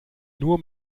nur